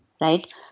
right